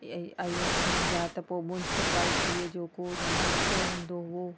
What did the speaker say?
ऐं या त पोइ मुंसिपाल्टीअ जो को नलको हूंदो हुओ